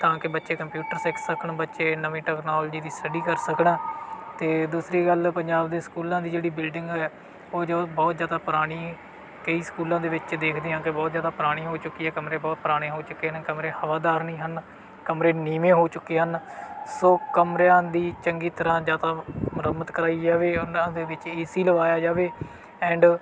ਤਾਂ ਕਿ ਬੱਚੇ ਕੰਪਿਊਟਰ ਸਿੱਖ ਸਕਣ ਬੱਚੇ ਨਵੀਂ ਟੈਕਨੋਲਜੀ ਦੀ ਸਟੱਡੀ ਕਰ ਸਕਣ ਅਤੇ ਦੂਸਰੀ ਗੱਲ ਪੰਜਾਬ ਦੇ ਸਕੂਲਾਂ ਦੀ ਜਿਹੜੀ ਬਿਲਡਿੰਗ ਹੈ ਉਹ ਜੋ ਬਹੁਤ ਜ਼ਿਆਦਾ ਪੁਰਾਣੀ ਕਈ ਸਕੂਲਾਂ ਦੇ ਵਿੱਚ ਦੇਖਦੇ ਹਾਂ ਕਿ ਬਹੁਤ ਜ਼ਿਆਦਾ ਪੁਰਾਣੀ ਹੋ ਚੁੱਕੀ ਹੈ ਕਮਰੇ ਬਹੁਤ ਪੁਰਾਣੇ ਹੋ ਚੁੱਕੇ ਨੇ ਕਮਰੇ ਹਵਾਦਾਰ ਨਹੀਂ ਹਨ ਕਮਰੇ ਨੀਵੇਂ ਹੋ ਚੁੱਕੇ ਹਨ ਸੋ ਕਮਰਿਆਂ ਦੀ ਚੰਗੀ ਤਰ੍ਹਾਂ ਜਾਂ ਤਾਂ ਮੁਰੰਮਤ ਕਰਵਾਈ ਜਾਵੇ ਉਹਨਾਂ ਦੇ ਵਿੱਚ ਏ ਸੀ ਲਵਾਇਆ ਜਾਵੇ ਐਂਡ